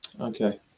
okay